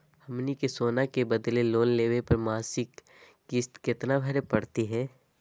हमनी के सोना के बदले लोन लेवे पर मासिक किस्त केतना भरै परतही हे?